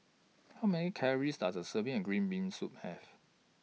How Many Calories Does A Serving of Green Bean Soup Have